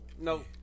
No